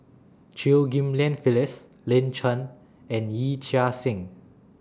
Chew Ghim Lian Phyllis Lin Chen and Yee Chia Hsing